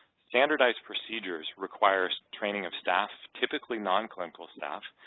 standardized procedures require training of staff, typically non-clinical staff,